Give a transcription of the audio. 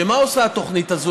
ומה עושה התוכנית הזאת?